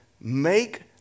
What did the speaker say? make